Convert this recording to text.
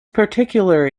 particular